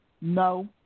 no